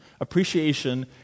Appreciation